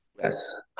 Yes